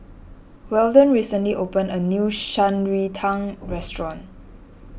Weldon recently opened a new Shan Rui Tang Restaurant